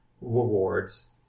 rewards